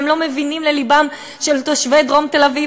והם לא מבינים ללבם של תושבי דרום תל-אביב.